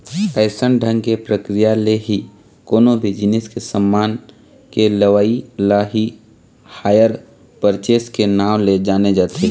अइसन ढंग के प्रक्रिया ले ही कोनो भी जिनिस के समान के लेवई ल ही हायर परचेस के नांव ले जाने जाथे